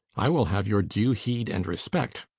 i will have your due heed and respect,